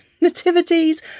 Nativities